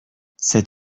c’est